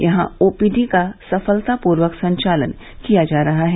यहां ओपीडी का सफलतापूर्वक संचालन किया जा रहा है